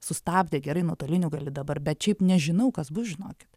sustabdė gerai nuotoliniu gali dabar bet šiaip nežinau kas bus žinokit